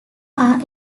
are